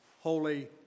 holy